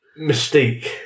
Mystique